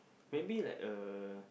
maybe like a